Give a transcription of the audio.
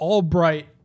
Albright